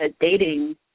dating